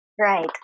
Right